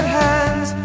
hands